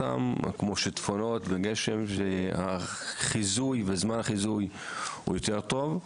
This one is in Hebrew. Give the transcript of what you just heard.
כמו שיטפונות והחיזוי וזמן החיזוי יותר טובים,